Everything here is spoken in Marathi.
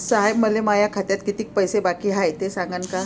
साहेब, मले माया खात्यात कितीक पैसे बाकी हाय, ते सांगान का?